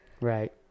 Right